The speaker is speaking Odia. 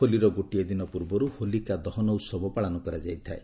ହୋଲିର ଗୋଟିଏ ଦିନ ପୂର୍ବରୁ ହୋଲିକା ଦହନ ଉହବ ପାଳନ କରାଯାଇଥାଏ